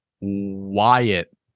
wyatt